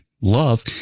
love